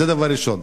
זה דבר ראשון.